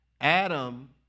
Adam